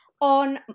on –